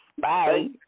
Bye